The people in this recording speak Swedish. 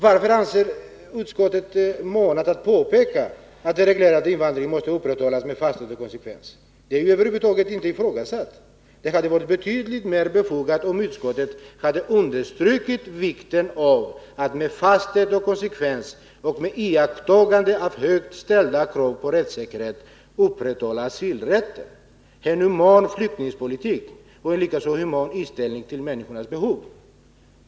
Varför anser sig utskottet manat att påpeka att den reglerade invandringen måste upprätthållas med fasthet och konsekvens? Den principen är ju över huvud taget inte ifrågasatt. Det hade varit betydligt mer befogat att utskottet hade understrukit vikten av att med fasthet och konsekvens och med iakttagande av högt ställda krav på rättssäkerhet upprätthålla asylrätten, en human flyktingpolitik och en likaså human inställning till människornas behov.